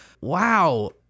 Wow